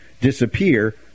Disappear